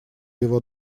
его